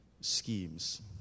schemes